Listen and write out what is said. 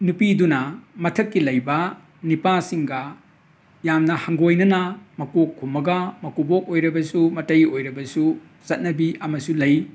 ꯅꯨꯄꯤꯗꯨꯅ ꯃꯊꯛꯀꯤ ꯂꯩꯕ ꯅꯨꯄꯥꯁꯤꯡꯒ ꯌꯥꯝꯅ ꯍꯪꯒꯣꯏꯅꯅ ꯃꯀꯣꯛ ꯈꯨꯝꯃꯒ ꯃꯀꯨꯕꯣꯛ ꯑꯣꯏꯔꯕꯁꯨ ꯃꯇꯩ ꯑꯣꯏꯔꯕꯁꯨ ꯆꯠꯅꯕꯤ ꯑꯃꯁꯨ ꯂꯩ